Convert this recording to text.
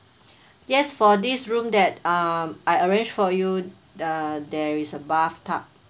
yes for this room that um I arrange for you uh there is a bathtub